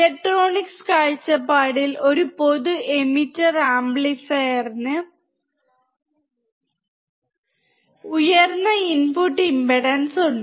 electronics കാഴ്ചപ്പാടിൽ ഒരു പൊതു എമിറ്റർ ആംപ്ലിഫയറിന് ഉയർന്ന ഇൻപുട്ട് ഇംപെഡൻസ് ഉണ്ട്